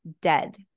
dead